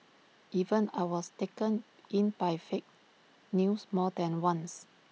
even I was taken in by fake news more than once